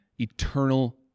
eternal